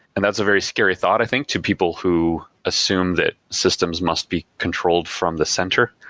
and that's a very scary thought i think to people who assume that systems must be controlled from the center.